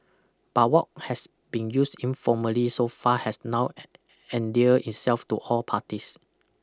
but what has been used informally so far has now endear itself to all parties